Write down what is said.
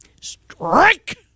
Strike